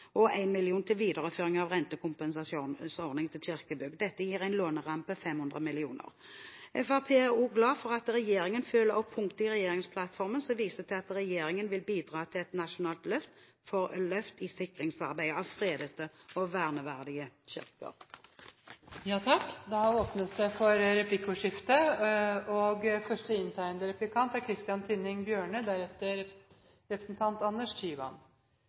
1 mill. kr til videreføring av rentekompensasjonsordningen til kirkebygg. Dette gir en låneramme på 500 mill. kr. Fremskrittspartiet er også glad for at regjeringen følger opp punktet i regjeringsplattformen som viser til at «Regjeringen vil bidra til et nasjonalt løft i sikringsarbeidet av fredede og verneverdige kirker». Det åpnes for replikkordskifte. I det borgerlig styrte Stavanger, som er